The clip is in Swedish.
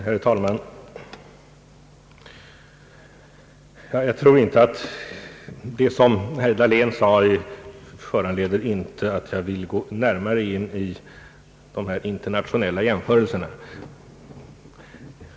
Herr talman! Det som herr Dahlén anförde föranleder mig inte att närmare gå in på de internationella jämförelserna.